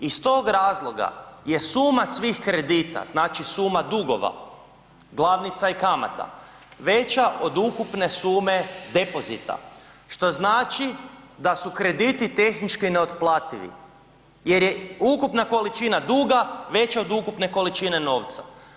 Iz tog razloga je suma svih kredita, znači suma dugova glavnica i kamata veća od ukupne sume depozita, što znači da su krediti tehnički ne otplativi jer je ukupna količina duga veća od ukupne količine novca.